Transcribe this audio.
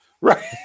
right